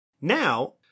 Now